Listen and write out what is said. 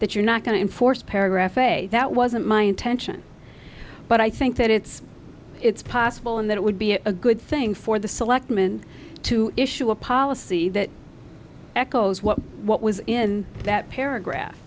that you're not going to enforce paragraph a that wasn't my intention but i think that it's it's possible and that it would be a good thing for the selectmen to issue a policy that echoes what what was in that paragraph